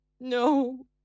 No